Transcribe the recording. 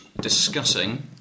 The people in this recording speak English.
discussing